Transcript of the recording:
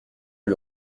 lui